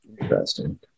Interesting